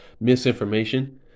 misinformation